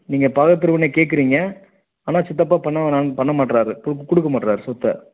நீங்கள் பாகப் பிரிவினை கேட்குறீங்க ஆனால் சித்தப்பா பண்ண வேணான்னு பண்ண மாட்றார் கொடுக்க மாட்றார் சொத்தை